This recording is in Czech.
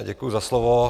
Děkuji za slovo.